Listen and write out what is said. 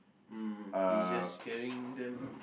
mm he's just carrying them